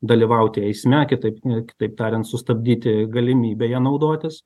dalyvauti eisme kitaip kitaip tariant sustabdyti galimybę ja naudotis